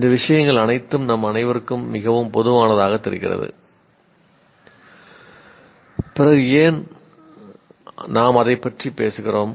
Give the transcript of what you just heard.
இந்த விஷயங்கள் அனைத்தும் நம் அனைவருக்கும் மிகவும் பொதுவானதாகத் தெரிகிறது பிறகு நாம் ஏன் அதைப் பற்றி பேசுகிறோம்